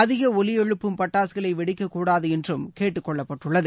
அதிக ஒலி எழுப்பும் பட்டாசுகளை வெடிக்கக் கூடாது என்றும் கேட்டுக்கொள்ளப்பட்டுள்ளனது